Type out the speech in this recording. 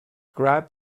grab